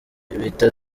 bita